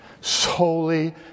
Solely